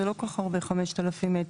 זה לא כל כך הרבה 5,000 מטר,